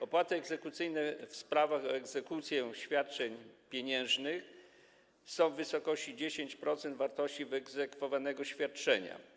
Opłaty egzekucyjne w sprawach o egzekucję świadczeń pieniężnych są w wysokości 10% wartości wyegzekwowanego świadczenia.